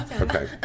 Okay